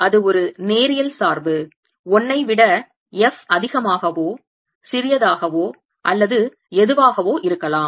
அது ஒரு நேரியல் சார்பு 1 ஐ விட f அதிகமாகவோ சிறியதாகவோ அல்லது எதுவாகவோ இருக்கலாம்